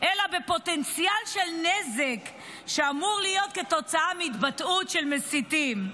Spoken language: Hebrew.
אלא בפוטנציאל של נזק שאמור להיות כתוצאה מהתבטאות של מסיתים.